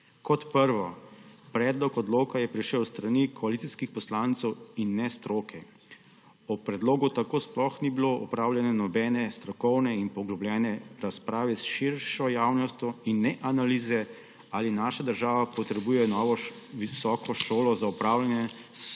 Kot prvo, predlog odloka je prišel s strani koalicijskih poslancev in ne stroke. O predlogu tako sploh ni bilo opravljene nobene strokovne in poglobljene razprave s širšo javnostjo in ne analize, ali naša država potrebuje novo visoko šolo za upravljanje s